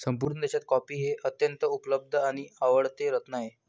संपूर्ण देशात कॉफी हे अत्यंत उपलब्ध आणि आवडते रत्न आहे